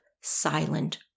silent